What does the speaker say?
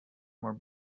more